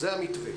זה המתווה.